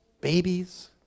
Babies